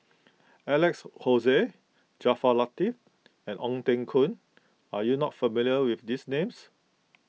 Alex Josey Jaafar Latiff and Ong Teng Koon are you not familiar with these names